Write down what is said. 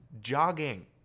jogging